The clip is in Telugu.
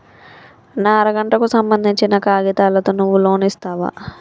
నా అర గంటకు సంబందించిన కాగితాలతో నువ్వు లోన్ ఇస్తవా?